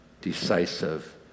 decisive